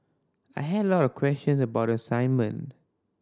I had a lot of questions about the assignment